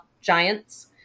giants